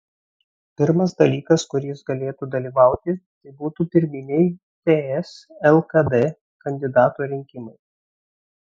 pirmas dalykas kur jis galėtų dalyvauti tai būtų pirminiai ts lkd kandidato rinkimai